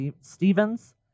Stevens